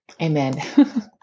Amen